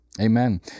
amen